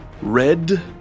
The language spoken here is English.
red